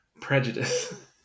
prejudice